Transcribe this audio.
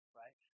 right